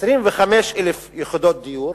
25,000 יחידות דיור,